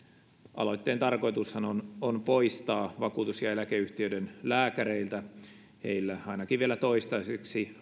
aloitteen tarkoitushan on on poistaa vakuutus ja eläkeyhtiöiden lääkäreiltä heillä ainakin vielä toistaiseksi